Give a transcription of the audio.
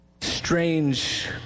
strange